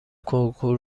کنکور